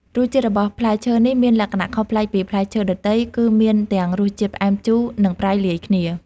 រសជាតិរបស់ផ្លែឈើនេះមានលក្ខណៈខុសប្លែកពីផ្លែឈើដទៃ គឺមានទាំងរសជាតិផ្អែម ជូរ និងប្រៃលាយគ្នា